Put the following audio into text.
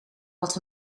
wat